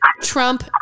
Trump